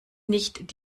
nicht